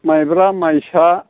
माइब्रा माइसा